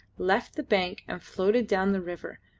left the bank and floated down the river,